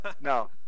no